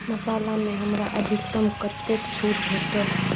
मसालामे हमरा अधिकतम कतेक छूट भेटल